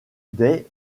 des